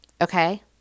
okay